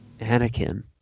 anakin